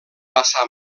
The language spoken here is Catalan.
passà